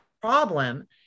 problem